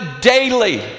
daily